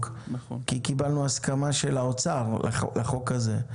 כי קיבלנו הסכמה של האוצר לחוק הזה.